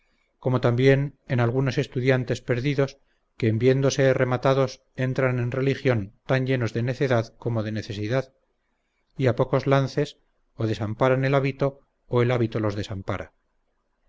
como también en algunos estudiantes perdidos que en viéndose rematados entran en religión tan llenos de necedad como de necesidad y a pocos lances o desamparan el hábito o el hábito los desampara